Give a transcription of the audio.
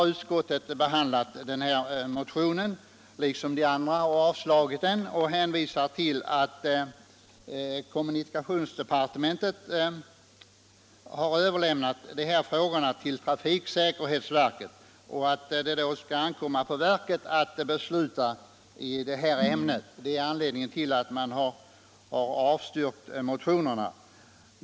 Utskottet har behandlat den här motionen liksom de andra och avstyrkt den. Utskottet hänvisar till att kommunikationsdepartementet har överlämnat de här frågorna till trafiksäkerhetsverket samt att det skall ankomma på verket att besluta i det här ämnet. Det är anledningen till att utskottet har avstyrkt motionerna.